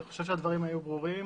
אני חושב שהדברים היו ברורים.